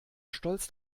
stolz